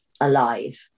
alive